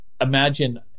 imagine